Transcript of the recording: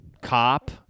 cop